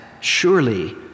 surely